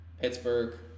Pittsburgh